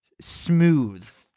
Smooth